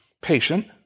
patient